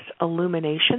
illumination